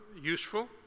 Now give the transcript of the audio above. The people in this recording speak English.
useful